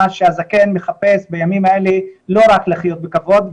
שהזקן מחפש בימים האלה לא רק לחיות בכבוד,